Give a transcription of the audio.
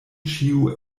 ĉio